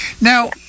Now